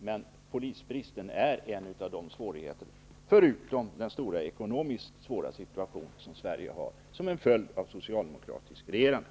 Men polisbristen är en av svårigheterna, förutom den svåra ekonomiska situation som Sverige befinner sig i och som är en följd av socialdemokratiskt regerande.